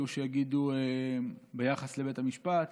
יהיו שיגידו ביחס לבית המשפט.